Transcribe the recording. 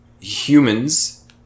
humans